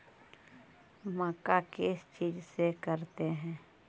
मक्का किस चीज से करते हैं?